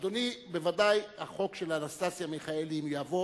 אדוני, בוודאי החוק של אנסטסיה מיכאלי, אם יבוא,